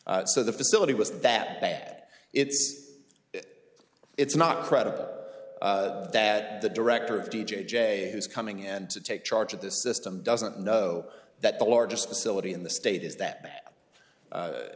so the facility was that bad it's it's not credible that the director of d j who's coming in to take charge of this system doesn't know that the largest facility in the state is that